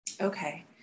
Okay